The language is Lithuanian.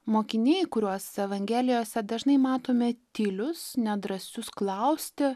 mokiniai kuriuos evangelijose dažnai matome tylius nedrąsius klausti